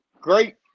Great